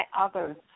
others